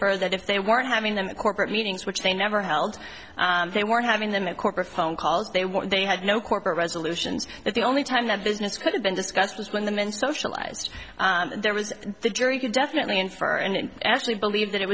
infer that if they weren't having the corporate meetings which they never held they were having then the corporate phone calls they were they had no corporate resolutions that the only time that business could have been discussed was when the men socialized there was the jury could definitely infer and actually believe that it